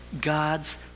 God's